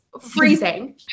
freezing